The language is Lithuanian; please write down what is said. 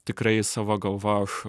tikrai savo galva aš